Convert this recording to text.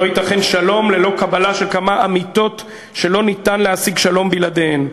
לא ייתכן שלום ללא קבלה של כמה אמיתות שלא ניתן להשיג שלום בלעדיהן.